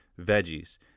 Veggies